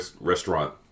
restaurant